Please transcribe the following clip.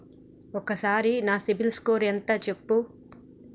ఒక్కసారి నా సిబిల్ స్కోర్ ఎంత చెప్పు?